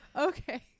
okay